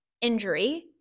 injury